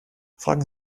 fragen